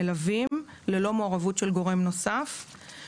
ללא מעורבות של גורם נוסף.